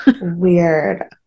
weird